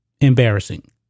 Embarrassing